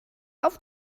auf